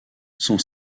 son